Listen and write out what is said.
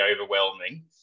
overwhelming